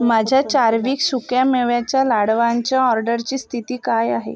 माझ्या चार्विक सुक्यामेव्याच्या लाडवांच्या ऑर्डरची स्थिती काय आहे